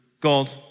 god